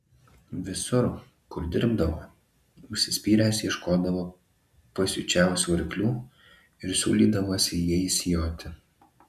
visur kur dirbo užsispyręs ieškodavo pasiučiausių arklių ir siūlydavosi jais joti